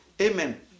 Amen